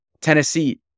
Tennessee